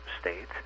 states